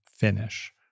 finish